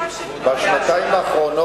טוב לשמוע שהוא, בשנתיים האחרונות,